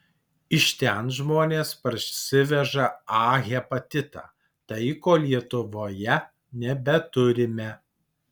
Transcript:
iš ten žmonės parsiveža a hepatitą tai ko lietuvoje nebeturime